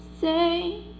say